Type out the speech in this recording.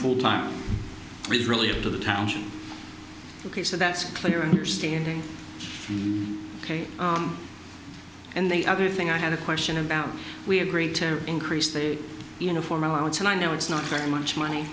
full time is really into the township ok so that's a clear understanding ok and the other thing i had a question about we agreed to increase the uniform allowance and i know it's not very much money